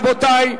רבותי,